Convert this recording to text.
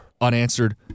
unanswered